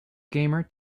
gamer